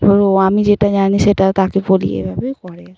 এবার আমি যেটা জানি সেটাও তাকে বলি এভাবে করে